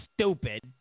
stupid